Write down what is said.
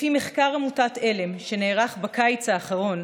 לפי מחקר עמותת על"ם שנערך בקיץ האחרון